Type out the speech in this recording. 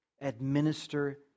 Administer